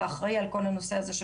ואחראי על כל הנושא הזה,